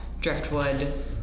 driftwood